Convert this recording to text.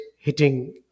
hitting